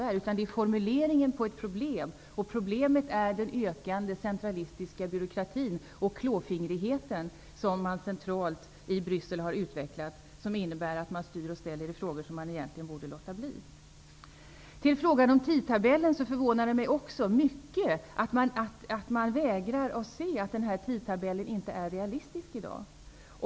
Det är i stället fråga om formuleringen av ett problem, och problemet är den ökande centralistiska byråkrati och klåfingrighet som man har utvecklat i Bryssel och som innebär att man styr och ställer i frågor som man egentligen borde låta bli. När det gäller tidtabellen förvånar det mig också mycket att man vägrar att se att denna tidtabell inte är realistisk i dag.